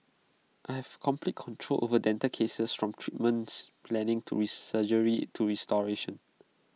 I have complete control over dental cases from treatments planning to surgery to restoration